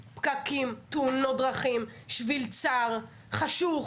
פקקים, תאונות דרכים, שביל צר, חשוך.